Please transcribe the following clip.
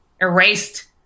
erased